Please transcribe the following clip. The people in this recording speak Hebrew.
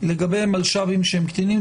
לגבי מלש"בים שהם קטינים,